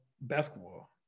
basketball